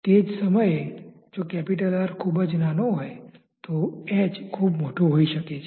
તે જ સમયે જો R ખૂબ જ નાનો હોય તો h ખૂબ મોટો હોઈ શકે છે